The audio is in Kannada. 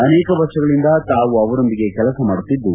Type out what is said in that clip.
ಅನೇಕ ವರ್ಷಗಳಿಂದ ತಾವು ಅವರೊಂದಿಗೆ ಕೆಲಸ ಮಾಡುತ್ತಿದ್ದು